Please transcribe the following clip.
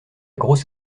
grosse